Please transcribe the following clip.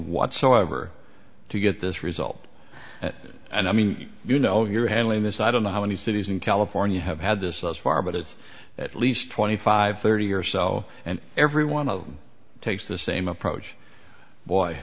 whatsoever to get this result and i mean you know you're handling this i don't know how many cities in california have had this thus far but it's at least twenty five thirty or so and every one of takes the same approach boy